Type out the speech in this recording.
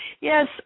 yes